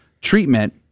treatment